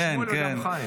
גם שמואל וגם חיים,